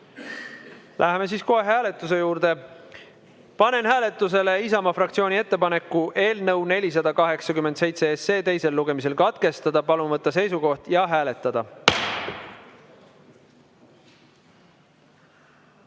Läheme siis kohe hääletuse juurde. Panen hääletusele Isamaa fraktsiooni ettepaneku eelnõu 487 teisel lugemisel katkestada. Palun võtta seisukoht ja hääletada!